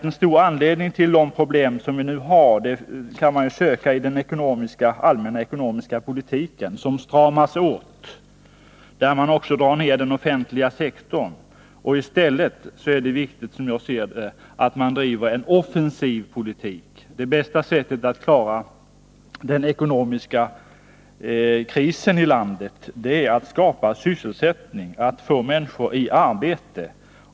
En stor anledning till de problem som vi nu har kan sökas i den allmänna ekonomiska politiken — denna stramas åt, och man drar ner på den offentliga sektorn. Som jag ser det, är det riktigt att man i stället bedriver en offensiv politik. Det bästa sättet att klara den ekonomiska krisen i landet är att skapa sysselsättning, att få människor i arbete.